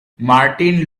martin